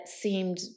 seemed